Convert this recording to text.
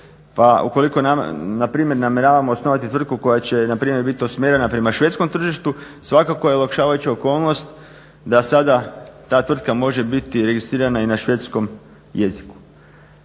Pa ukoliko npr. namjeravamo osnovati tvrtku koja će npr. biti usmjerena prema švedskom tržištu svakako je olakšavajuća okolnost da sada ta tvrtka može biti registrirana i na švedskom jeziku.